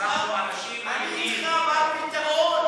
מה הפתרון?